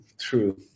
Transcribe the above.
True